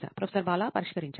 professor Bala పరిష్కరించండి